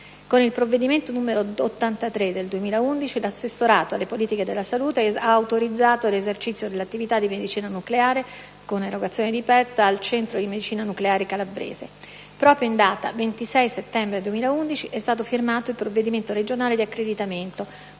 Con il provvedimento n. 83 del 2011 l'assessorato alle politiche della salute ha autorizzato l'esercizio dell'attività di medicina nucleare con erogazione di PET/TC al «Centro di medicina nucleare Calabrese». Proprio in data 26 settembre 2011 è stato firmato il provvedimento regionale di accreditamento,